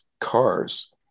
cars